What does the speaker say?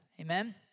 Amen